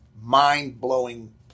mind-blowing